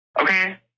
Okay